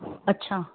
अछा